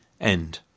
end